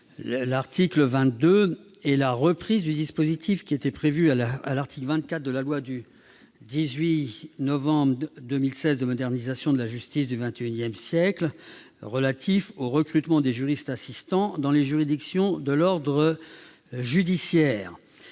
L'article 22 reprend le dispositif prévu à l'article 24 de la loi du 18 novembre 2016 de modernisation de la justice du XXI siècle, relatif au recrutement des juristes assistants dans les juridictions de l'ordre judiciaire.